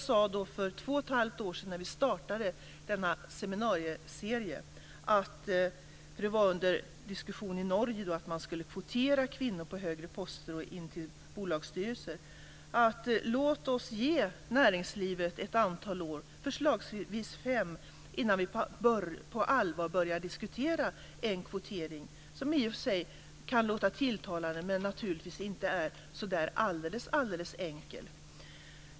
För två och ett halvt år sedan när vi startade denna seminarieserie - då diskuterade man i Norge att man skulle kvotera kvinnor på högre poster och till bolagsstyrelser - sade jag att vi skulle ge näringslivet ett antal år, förslagsvis fem, innan vi på allvar började diskutera en kvotering. Det kan i och för sig låta tilltalande, men det är naturligtvis inte alldeles enkelt.